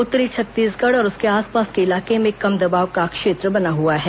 उत्तरी छत्तीसगढ़ और उसके आसपास के इलाके में एक कम दबाव का क्षेत्र बना हुआ है